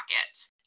pockets